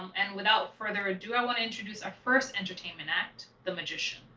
and without further ado, i wanna introduce our first entertainment act, the magician.